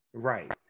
right